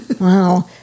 Wow